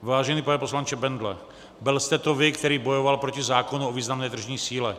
Vážený pane poslanče Bendle, byl jste to vy, který bojoval proti zákonu o významné tržní síle.